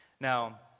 Now